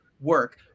work